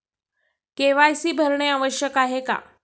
KYC भरणे आवश्यक आहे का?